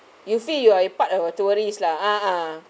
you feel you are part of our tourists lah a'ah